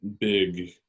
big